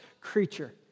creature